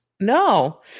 No